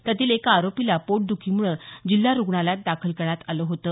त्यातील एका आरोपीला पोटद्खीमुळं जिल्हा रूग्णालयात दाखल करण्यात आलं होतं